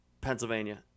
Pennsylvania